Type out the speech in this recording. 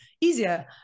easier